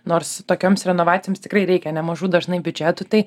nors tokioms renovacijoms tikrai reikia nemažų dažnai biudžetų tai